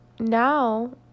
Now